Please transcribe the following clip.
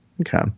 Okay